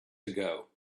ago